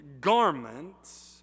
garments